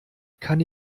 kann